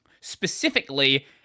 Specifically